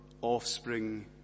offspring